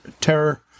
terror